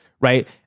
Right